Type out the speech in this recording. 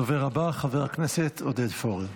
הדובר הבא, חבר הכנסת עודד פורר.